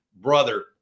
brother